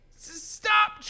Stop